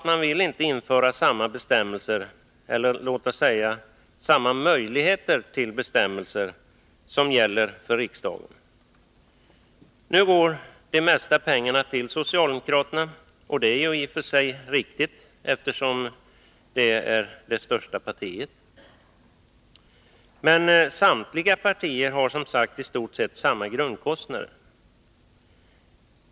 Man vill ju inte införa samma bestämmelser eller, låt oss säga, samma möjligheter till bestämmelser som gäller för riksdagen. Nu går de mesta pengarna till det socialdemokratiska partiet, och det är i och för sig riktigt, eftersom det är det största partiet. Men samtliga partier har, som sagt, i stort sett samma grundkostnader.